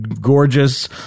gorgeous